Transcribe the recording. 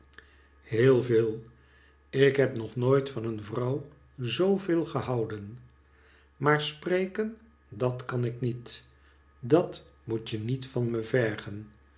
heel veel ik heb nog nooit van een vrouw zoo veel gehouden maar spreken dat kan ik niet dat moet je niet van me vergen